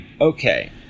Okay